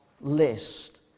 list